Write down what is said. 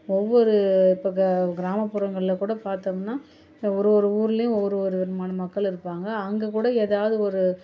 ஒவ்வொரு இப்போ க கிராம புறங்கள்ல கூட பார்த்தோம்ன்னா இப்போ ஒரு ஒரு ஊர்லேயும் ஒரு ஒரு விதமான மக்கள் இருப்பாங்கள் அங்ககே கூட எதாவது ஒரு